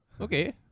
okay